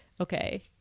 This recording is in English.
okay